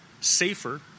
safer